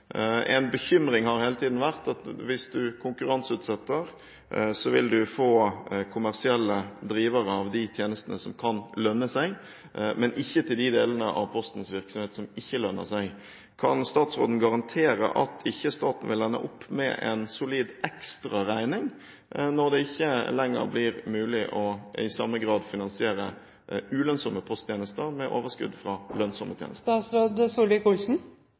En bekymring har hele tiden vært at hvis du konkurranseutsetter, vil du få kommersielle drivere av de tjenestene som kan lønne seg, men ikke til de delene av Postens virksomhet som ikke lønner seg. Kan statsråden garantere at ikke staten vil ende opp med en solid ekstraregning når det ikke lenger blir mulig i samme grad å finansiere ulønnsomme posttjenester med overskudd fra lønnsomme